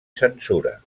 censura